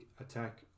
attack